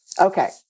Okay